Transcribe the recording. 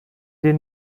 den